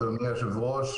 אדוני היושב-ראש,